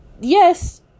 yes